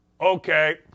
Okay